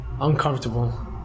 uncomfortable